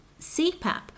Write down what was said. CPAP